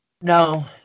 No